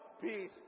peace